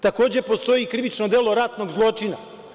Takođe, postoji krivično delo ratnog zločina.